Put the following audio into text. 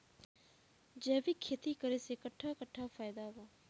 जैविक खेती करे से कट्ठा कट्ठा फायदा बा?